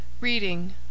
Reading